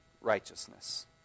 righteousness